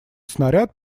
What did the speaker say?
снаряд